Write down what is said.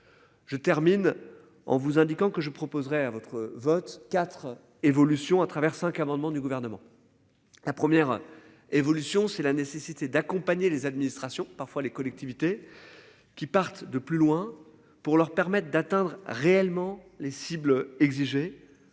Je termine en vous indiquant que je proposerai à votre, votre 4, évolution à travers 5 amendements du gouvernement. La première évolution, c'est la nécessité d'accompagner les administrations parfois les collectivités. Qui partent de plus loin, pour leur permettre d'atteindre réellement les cibles exigé.